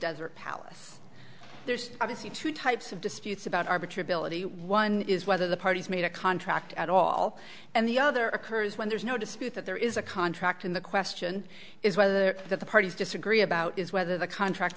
desert palace there's obviously two types of disputes about arbitrate billet one is whether the parties made a contract at all and the other occurs when there's no dispute that there is a contract and the question is whether that the parties disagree about is whether the contract